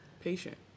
patient